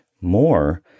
more